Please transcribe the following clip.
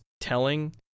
telling